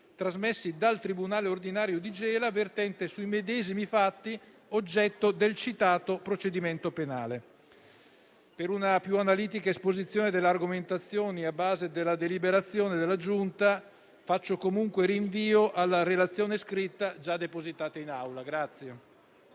trasmessi dal tribunale ordinario di Gela, vertente sui medesimi fatti oggetto del citato procedimento penale. Per una più analitica esposizione delle argomentazioni a base della deliberazione della Giunta, faccio comunque rinvio alla relazione scritta già depositata in Aula.